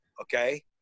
Okay